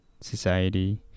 society